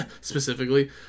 specifically